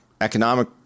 economic